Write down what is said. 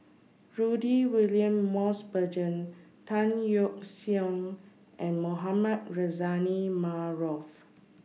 Rudy William Mosbergen Tan Yeok Seong and Mohamed Rozani Maarof